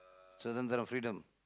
சுதந்திரம்:suthandthiram freedom